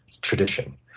tradition